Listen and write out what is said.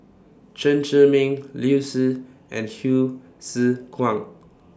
Chen Zhiming Liu Si and Hsu Tse Kwang